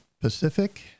Pacific